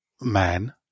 man